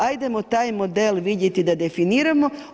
Ajdemo taj model vidjeti da definiramo.